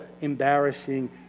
embarrassing